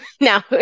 Now